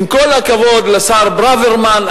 עם כל הכבוד לשר ברוורמן,